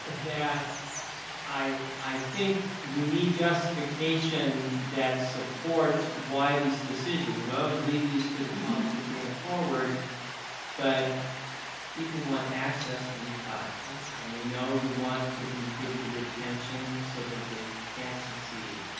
that i i think we need justification that supports why these decisions. we always leave these to the college to bring it forward but people want access to these classes and we know we want to improve the retention so that they can succeed.